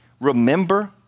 remember